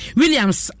williams